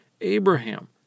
Abraham